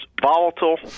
Volatile